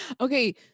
Okay